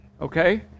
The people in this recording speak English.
okay